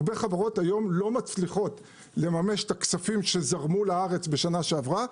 הרבה חברות היום לא מצליחות לממש את הכספים שזרמו לארץ בשנה שעברה,